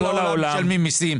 בעולם,